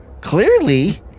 Clearly